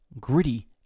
Gritty